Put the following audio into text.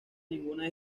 ninguna